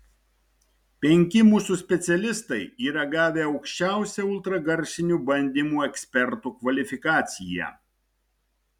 penki mūsų specialistai yra gavę aukščiausią ultragarsinių bandymų ekspertų kvalifikaciją